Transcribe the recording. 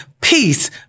Peace